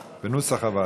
הוועדה.